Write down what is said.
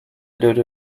dodo